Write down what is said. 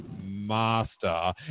Master